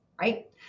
right